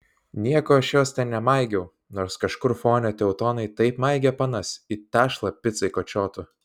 nieko aš jos ten nemaigiau nors kažkur fone teutonai taip maigė panas it tešlą picai kočiotų